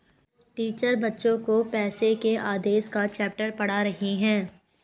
teacher बच्चो को पैसे के आदेश का चैप्टर पढ़ा रही हैं